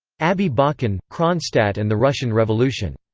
abbie bakan, kronstadt and the russian revolution